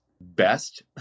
best